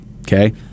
okay